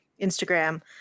Instagram